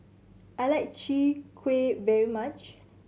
I like Chwee Kueh very much